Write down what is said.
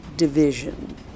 division